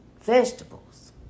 vegetables